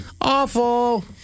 Awful